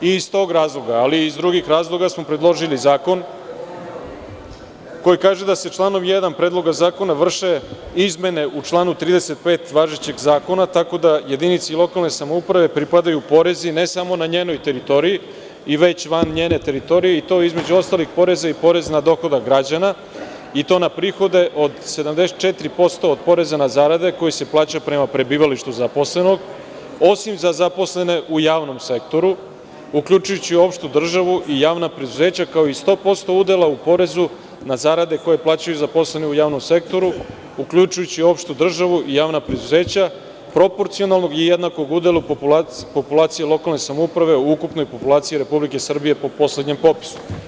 Iz tog razloga, ali i iz drugih razloga smo predložili zakon, koji kaže da se članom 1. predloga zakona vrše izmene u članu 35. važećeg zakona tako da jedinici lokalne samouprave pripadaju porezi, ne samo na njenoj teritoriji i već van njene teritorije i to između ostalih poreza i porez na dohod građana i to na prihode od 74% od poreza od zarade, koji se plaća prema prebivalištu za posao osim za zaposlene u javnom sektoru, uključujući opštu državu i javna preduzeća, kao 100% udela u porezu na zarade koje plaćaju zaposleni u javnom sektoru, uključujući opštu državu i javna preduzeća proporcionalnog i jednakog udela u populaciji lokalne samouprave u ukupnoj populaciji Republike Srbije po poslednjem popisu.